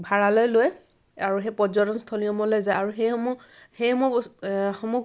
ভাড়ালৈ লৈ আৰু সেই পৰ্যটনস্থলী সমূহলৈ যায় আৰু সেইসমূহ সেইসমূহ সমূহ